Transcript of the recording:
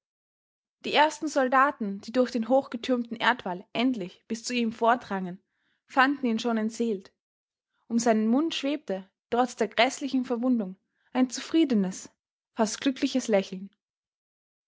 die ersten soldaten die durch den hochgetürmten erdwall endlich bis zu ihm vordrangen fanden ihn schon entseelt um seinen mund schwebte trotz der gräßlichen verwundung ein zufriedenes fast glückliches lächeln